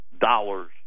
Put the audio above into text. dollars